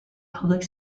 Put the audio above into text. public